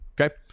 Okay